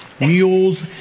mules